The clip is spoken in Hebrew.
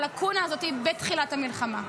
והוא גם התריע בפנינו על הלקונה הזאת בתחילת המלחמה.